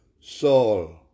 Saul